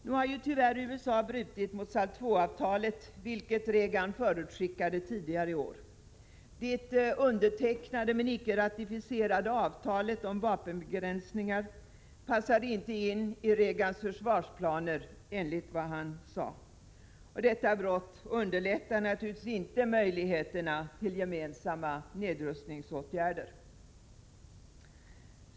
Nu har ju tyvärr USA brutit mot SALT II-avtalet, vilket Reagan förutskickade tidigare i år. Det undertecknade men icke ratificerade avtalet om vapenbegränsningar passade inte in i Reagans försvarsplaner, enligt vad han sade. Detta brott underlättar naturligtvis inte möjligheterna till gemensamma nedrustningsåtgärder.